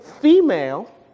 female